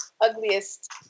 ugliest